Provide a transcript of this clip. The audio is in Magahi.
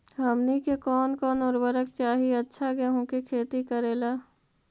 हमनी के कौन कौन उर्वरक चाही अच्छा गेंहू के खेती करेला?